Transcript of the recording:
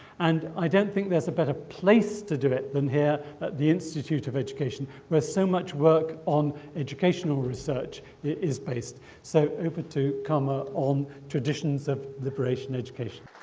and i don't think there's a better place to do it than here at the institute of education where so much work on educational research is based. so over to karma ah on traditions of liberation education.